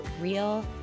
real